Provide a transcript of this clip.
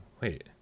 wait